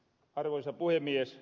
arvoisa puhemies